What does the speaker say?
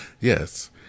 Yes